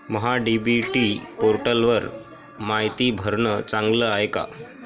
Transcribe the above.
महा DBT पोर्टलवर मायती भरनं चांगलं हाये का?